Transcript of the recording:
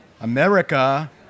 America